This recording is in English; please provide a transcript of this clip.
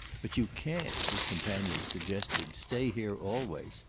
but you can't, his companion suggested, stay here always.